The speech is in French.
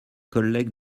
collègues